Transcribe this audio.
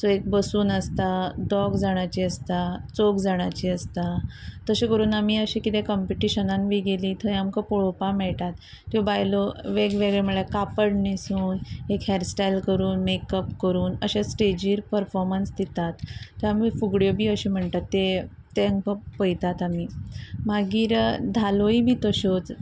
so एक बसून आसता दोग जाणांची आसता चौग जाणांची आसता तशें करून आमी अशें किदें कंपिटिशनान बी गेली थंय आमकां पळोवपा मेळटात त्यो बायलो वेग वेगळे म्हणल्यार कापड न्हेसून एक हेरस्टायल करून मेकअप करून अशे स्टेजीर परफॉमन्स दितात आमी फुगड्यो बी अश्यो म्हणटात ते तांकां पळयतात आमी मागीर धालोय बी तश्योच